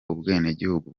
ubwenegihugu